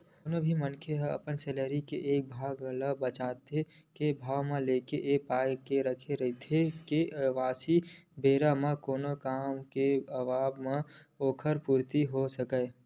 कोनो भी मनखे ह अपन सैलरी के एक भाग ल बचत के भाव लेके ए पाय के रखथे के अवइया बेरा म कोनो काम के आवब म ओखर पूरति होय सकय